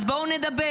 אז בואו נדבר.